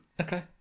Okay